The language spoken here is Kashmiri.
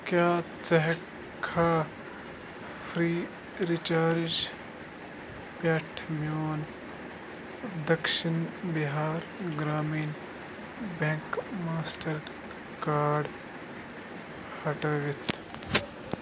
کیٛاہ ژٕ ہٮ۪کھا فری رِچارج پٮ۪ٹھٕ میون Dakshin Bihar Gramin bank master card ہٹٲوِتھ